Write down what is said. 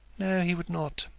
no, he would not.